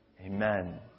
Amen